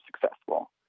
successful